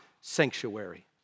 sanctuary